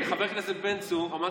אמרתי,